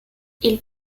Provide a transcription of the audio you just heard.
ils